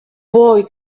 boy